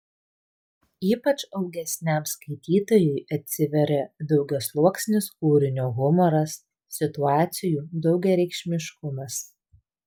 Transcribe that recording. ypač augesniam skaitytojui atsiveria daugiasluoksnis kūrinio humoras situacijų daugiareikšmiškumas